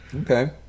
Okay